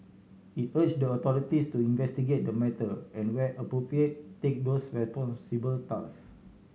it urged the authorities to investigate the matter and where appropriate take those responsible to task